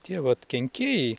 tie vat kenkėjai